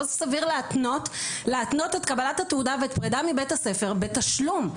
לא סביר להתנות את קבלת התעודה ואת הפרידה מבית הספר בתשלום.